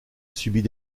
subit